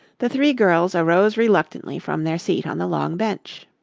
the three girls arose reluctantly from their seat on the long bench.